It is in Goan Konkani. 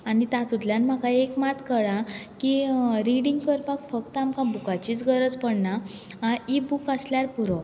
आनी तातूंतल्यान म्हाका एक मात कळ्ळां की रिडींग करपाक आमकां फक्त बुकाचीच गरज पडना इ बूक्स आसल्यार पुरो